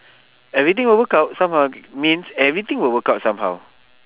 everything will work out somehow means everything will work out somehow